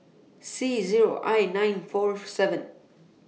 C Zero I nine four seven